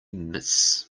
miss